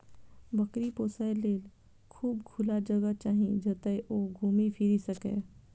बकरी पोसय लेल खूब खुला जगह चाही, जतय ओ घूमि फीरि सकय